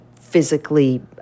physically